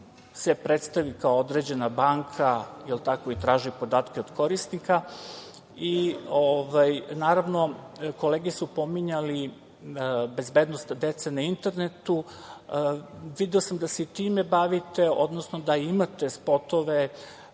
se predstavi kao određena banka i traži podatke od korisnika. Naravno, kolege su pominjale bezbednost dece na internetu. Video sam da se i time bavite, odnosno da imate spotove,